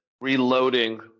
reloading